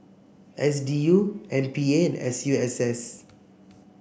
S D U M P A and S U S S